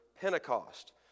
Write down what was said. Pentecost